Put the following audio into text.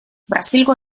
brasilgo